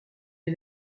est